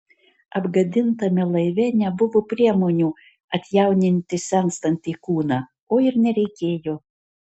apgadintame laive nebuvo priemonių atjauninti senstantį kūną o ir nereikėjo